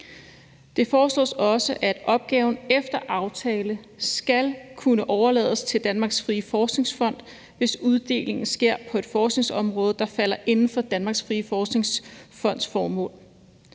Det foreslås også, at opgaven efter aftale skal kunne overlades til Danmarks Frie Forskningsfond, hvis uddelingen sker på et forskningsområde, der falder inden for Danmarks Frie Forskningsfonds formål.